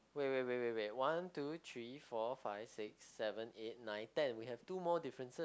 wait wait wait wait wait one two three four five six seven eight nine ten we have two more differences